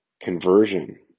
conversion